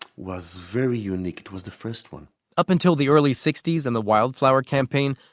was very unique. it was the first one up until the early sixty s and the wildflower campaign,